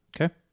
Okay